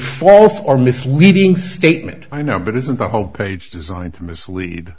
false or misleading statement i know but isn't the whole page designed to mislead